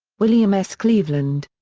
william s. cleveland.